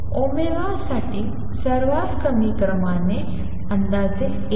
साठी सर्वात कमी क्रमाने अंदाजे 1